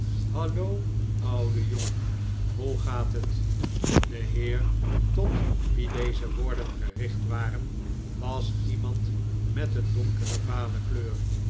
hallo oude jongen hoe gaat het de heer tot wien deze woorden gericht werden was iemand met een donkere vale kleur